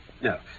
No